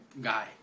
guy